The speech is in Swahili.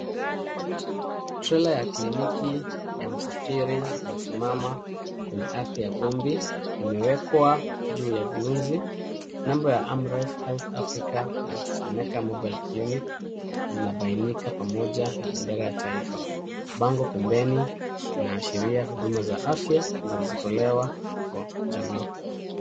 Trela ya kliniki ya msafiri imesimama kwenye ardhi ya vumbi, imewekwa juu ya vyuzi, namba ya AMREF Health Afrika na Seneka Mobile Clinic zinabainika pamoja na bendera ya taifa. Bango pembeni inaashiria huduma za afya zinazotolewa kwa jamii.